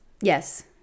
Yes